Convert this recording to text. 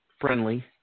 friendly